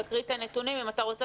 לכולנו